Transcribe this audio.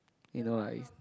eh no lah is